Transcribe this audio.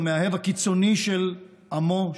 המאהב הקיצוני של עמו,